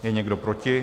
Je někdo proti?